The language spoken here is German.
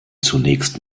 zunächst